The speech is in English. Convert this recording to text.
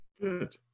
Good